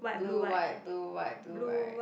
blue white blue white blue right